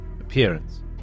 appearance